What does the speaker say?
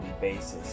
basis